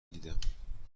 دیدم